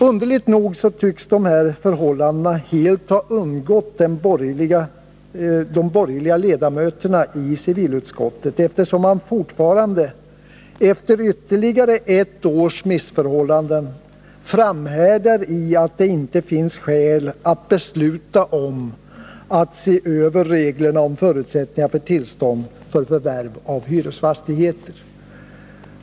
Underligt nog tycks dessa förhållanden helt ha undgått de borgerliga ledamöterna i civilutskottet eftersom man fortfarande, efter ytterligare ett års missförhållanden, framhärdar i uppfattningen att det inte finns skäl att besluta om att se över reglerna om förutsättningarna för tillstånd för förvärv av hyresfastigheter.